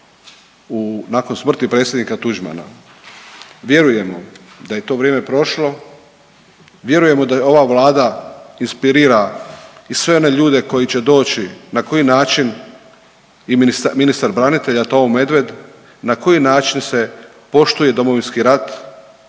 nakon smrti predsjednika Tuđmana. Vjerujemo da je to vrijeme prošlo, vjerujemo da ova Vlada inspirira i sve one ljude koji će doći na koji način i ministar branitelja Tomo Medved, na koji način se poštuje Domovinski rat, na koji